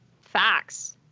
facts